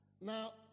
Now